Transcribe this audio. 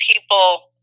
people